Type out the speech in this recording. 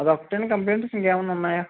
అదొకటేనా complaints ఇంకేమన్నా ఉన్నాయ